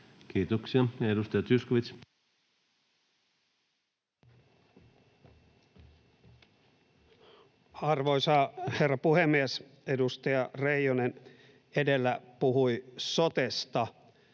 Kiitoksia. — Edustaja Zyskowicz. Arvoisa herra puhemies! Edustaja Reijonen edellä puhui sotesta.